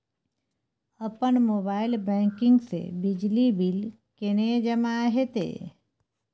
अपन mobile banking से बिजली बिल केने जमा हेते?